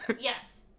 Yes